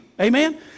Amen